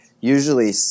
usually